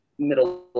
Middle